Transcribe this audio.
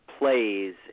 Plays